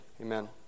Amen